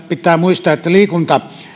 pitää muistaa että